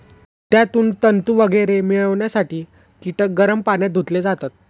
त्यातून तंतू वगैरे मिळवण्यासाठी कीटक गरम पाण्यात धुतले जातात